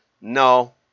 No